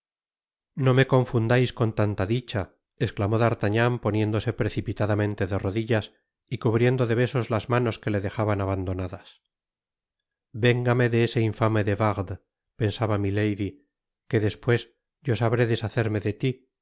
no me confundais con tanta dicha esclamó d'artagnan poniéndose precipitadamente de rodiltas y cubriendo de besos las manos que le dejaban abandonadas véngame de ese infame de wardes pensaba milady que despues yo sabré deshacerme de ti